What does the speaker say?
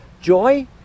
joy